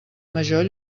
major